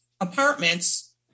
apartments